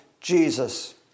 Jesus